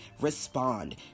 Respond